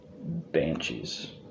Banshees